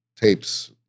tapes